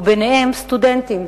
וביניהם סטודנטים